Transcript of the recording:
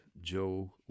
Joe